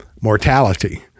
mortality